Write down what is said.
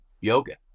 yoga